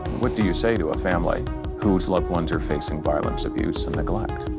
what do you say to a family whose loved ones are facing violence, abuse and neglect?